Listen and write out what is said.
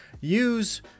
Use